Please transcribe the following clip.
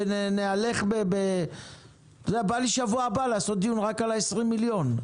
אני רוצה לעשות דיון בשבוע הבא רק על ה-20 מיליון.